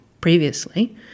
previously